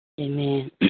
Amen